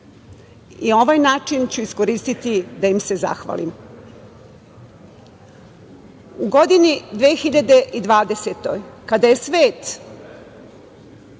I ovaj način ću iskoristiti da im se zahvalim.U godini 2020. kada je svetom